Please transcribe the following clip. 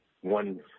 One